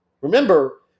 remember